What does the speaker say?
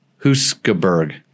Huskeberg